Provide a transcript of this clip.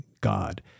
God